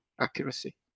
accuracy